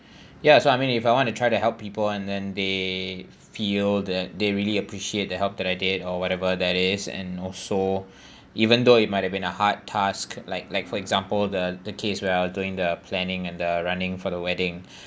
ya so I mean if I want to try to help people and then they feel that they really appreciate that help that I did or whatever that is and also even though it might have been a hard task like like for example the the case where I was doing the planning and the running for the wedding